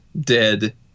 dead